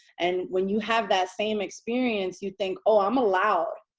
and when you have that same experience, you think, oh, i'm allowed.